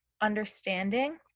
understanding